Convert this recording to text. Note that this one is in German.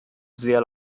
sehr